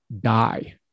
die